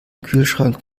kühlschrank